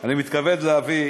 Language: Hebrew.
אני מתכבד להביא